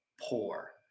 Poor